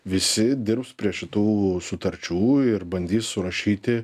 visi dirbs prie šitų sutarčių ir bandys surašyti